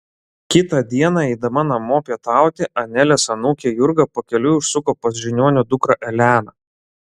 kitą dieną eidama namo pietauti anelės anūkė jurga pakeliui užsuko pas žiniuonio dukrą eleną